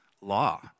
law